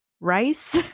rice